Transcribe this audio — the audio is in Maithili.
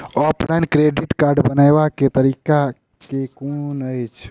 ऑफलाइन क्रेडिट कार्ड बनाबै केँ तरीका केँ कुन अछि?